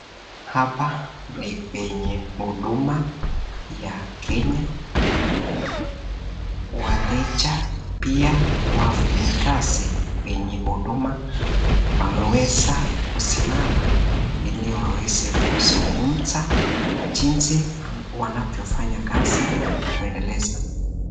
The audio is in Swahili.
Hapa ni kwenye huduma ya kenya, wateja pia wafanyikazi kwenye huduma wameweza kusimama hili waweze kuzungumza jinzi wanavyo fanya kazi kuendeleza.